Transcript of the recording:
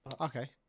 Okay